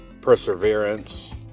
perseverance